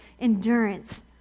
endurance